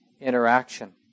interaction